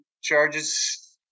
charges